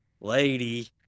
lady